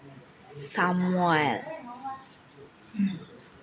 ꯁꯃꯣꯏꯜ